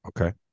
Okay